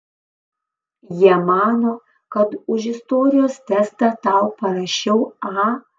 jie mano kad už istorijos testą tau parašiau a